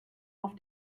auf